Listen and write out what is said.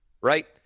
Right